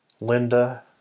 Linda